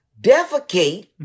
defecate